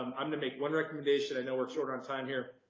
um i'm gonna make one recommendation i know we're short on time here